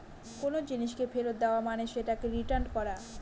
কোনো জিনিসকে ফেরত দেওয়া মানে সেটাকে রিটার্ন করা